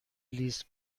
لیست